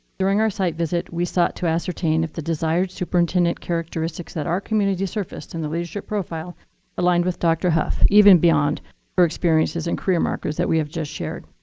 during our site visit we sought to ascertain if the desired superintendent characteristics that our community surfaced in the leadership profile aligned with dr. hough, even beyond her experiences and career markers that we have just shared.